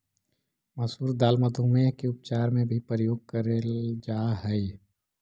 मसूर दाल मधुमेह के उपचार में भी प्रयोग करेल जा हई